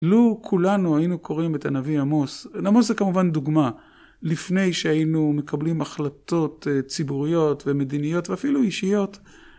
לו כולנו היינו קוראים את הנביא עמוס, עמוס זה כמובן דוגמה, לפני שהיינו מקבלים החלטות ציבוריות ומדיניות ואפילו אישיות.